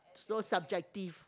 so subjective